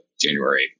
January